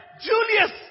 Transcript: Julius